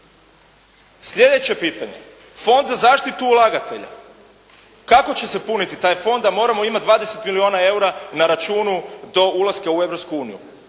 Sljedeće pitanje, Fond za zaštitu ulagatelja. Kako će se puniti taj fond, a moramo imati 20 milijuna eura na računu do ulaska u Europsku uniju?